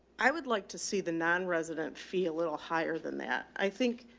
i would like to see the non resident fee a little higher than that. i think,